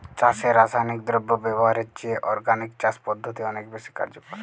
চাষে রাসায়নিক দ্রব্য ব্যবহারের চেয়ে অর্গানিক চাষ পদ্ধতি অনেক বেশি কার্যকর